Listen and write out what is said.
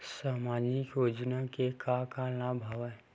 सामाजिक योजना के का का लाभ हवय?